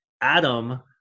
adam